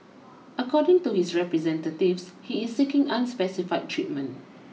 according to his representatives he is seeking unspecified treatment